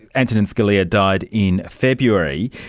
antonin scalia died in february.